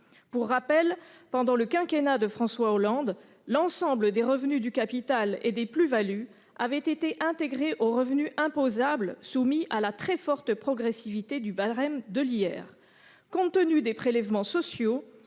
Pour rappel, pendant le quinquennat de François Hollande, l'ensemble des revenus du capital et des plus-values avaient été intégrés aux revenus imposables soumis à la très forte progressivité du barème de l'impôt sur le revenu (IR). Compte tenu des prélèvements sociaux,